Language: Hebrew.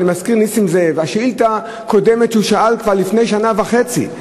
ואני מזכיר לנסים זאב שאת השאילתה הקודמת הוא שאל כבר לפני שנה וחצי.